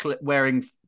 wearing